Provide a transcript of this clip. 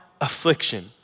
affliction